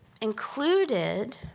included